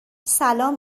سلام